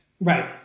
Right